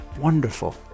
wonderful